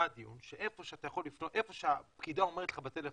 הדיון הוא על זה שאיפה שאתה יכול לפנות במייל,